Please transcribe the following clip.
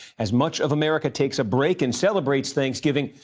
as much of america takes a break and celebrates thanksgiving,